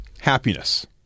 happiness